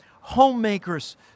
homemakers